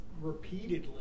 repeatedly